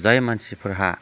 जाय मानसिफोरहा